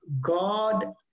God